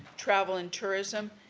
travel and tourism,